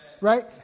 right